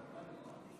אדוני